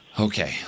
okay